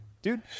Dude